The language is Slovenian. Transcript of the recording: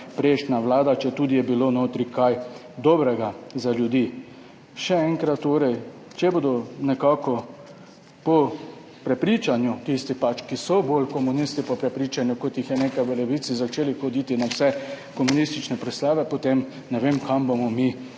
prejšnja vlada, četudi je bilo notri kaj dobrega za ljudi. Še enkrat torej, če bodo po prepričanju tisti, ki so bolj komunisti, po prepričanju, kot jih je nekaj v Levici, začeli hoditi na vse komunistične proslave, potem ne vem, kam bomo mi